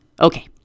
Okay